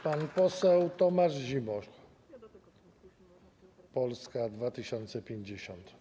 Pan poseł Tomasz Zimoch, Polska 2050.